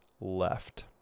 left